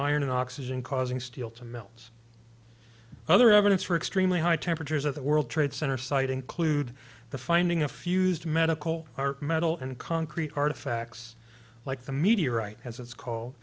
iron and oxygen causing steel to mil's other evidence for extremely high temperatures at the world trade center site include the finding of fused medical metal and concrete artifacts like the meteorite as it's call